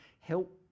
help